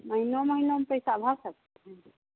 महीनों महीनों में पैसा भर सकती हैं